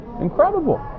Incredible